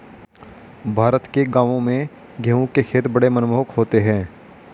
भारत के गांवों में गेहूं के खेत बड़े मनमोहक होते हैं